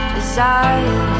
Desire